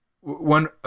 one